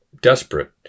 desperate